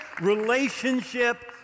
relationship